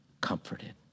comforted